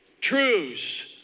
truths